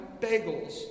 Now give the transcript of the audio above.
bagels